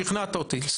שכנעת אותי.